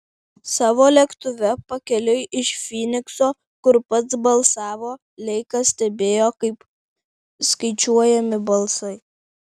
savo lėktuve pakeliui iš fynikso kur pats balsavo leikas stebėjo kaip skaičiuojami balsai